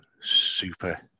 super